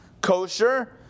kosher